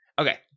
Okay